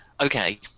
Okay